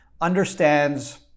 understands